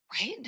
Right